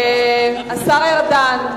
השר ארדן.